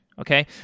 okay